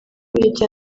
yagiye